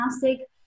fantastic